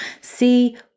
see